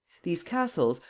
these castles,